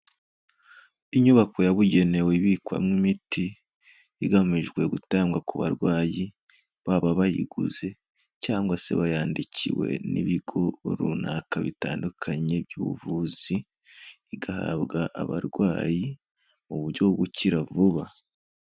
Inyubako yabugenewe ibikwamo imiti, igamijwe gutangwa ku barwayi, baba bayiguze cyangwa se bayandikiwe n'ibigo runaka bitandukanye by'ubuvuzi, igahabwa abarwayi mu buryo bwo gukira vuba.